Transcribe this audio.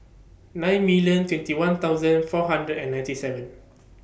nine million twenty one thousand four hundred and ninety seven